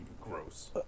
Gross